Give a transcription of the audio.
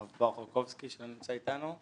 הרב ברוך רקובסקי שלא נמצא איתנו,